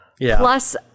plus